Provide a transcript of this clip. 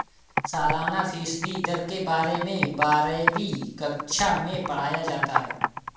सालाना फ़ीसदी दर के बारे में बारहवीं कक्षा मैं पढ़ाया जाता है